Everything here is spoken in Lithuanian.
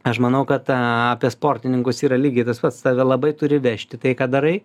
aš manau kad apie sportininkus yra lygiai tas pats tave labai turi vežti tai ką darai